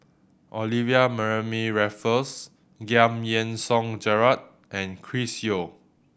Olivia Mariamne Raffles Giam Yean Song Gerald and Chris Yeo